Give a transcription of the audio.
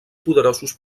poderosos